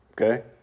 Okay